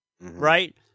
Right